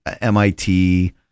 MIT